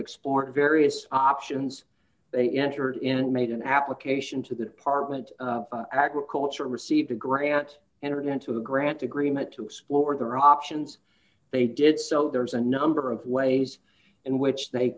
explored various options they entered in made an application to the department of agriculture received a grant and are going to a grant agreement to explore their options they did so there was a number of ways in which they